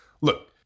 look